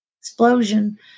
explosion